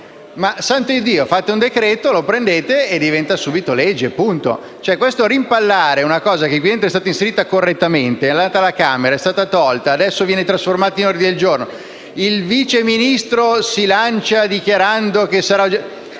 Ma fate un decreto, lo prendete e diventa subito legge, punto. State rimpallando una cosa che qui dentro è stata inserita correttamente, è andata alla Camera, dove è stata tolta. Adesso l’emendamento viene trasformato in ordine del giorno e il vice Ministro si lancia dichiarando che sarà